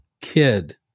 kid